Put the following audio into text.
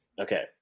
Okay